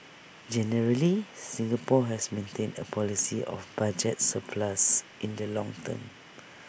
generally Singapore has maintained A policy of budget surplus in the long term